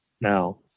now